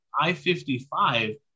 I-55